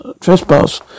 trespass